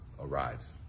arrives